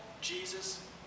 Jesus